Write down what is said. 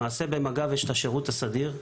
למעשה במג"ב יש את השירות הסדיר,